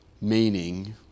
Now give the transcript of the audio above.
meaning